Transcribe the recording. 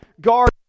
guard